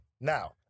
Now